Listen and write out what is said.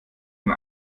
von